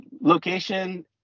Location